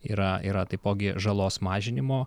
yra yra taipogi žalos mažinimo